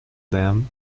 dam